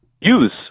Use